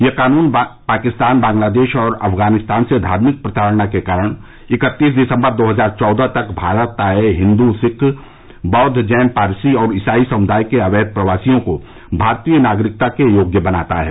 यह कानून पाकिस्तान बांग्लादेश और अफगानिस्तान से धार्मिक प्रताड़ना के कारण इक्कतीस दिसम्बर दो हजार चौदह तक भारत आए हिन्दू सिख बौद्व जैन पारसी और ईसाई समुदाय के अवैध प्रवासियों को भारतीय नागरिकता के योग्य बनाता है